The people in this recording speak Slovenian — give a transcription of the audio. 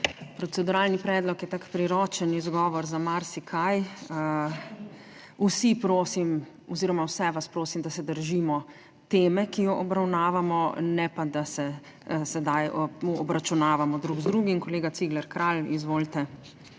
Proceduralni predlog je tak priročen izgovor za marsikaj. Vse vas prosim, da se držimo teme, ki jo obravnavamo, ne pa da sedaj obračunavamo drug z drugim. Kolega Cigler Kralj, izvolite,